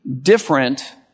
different